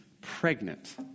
pregnant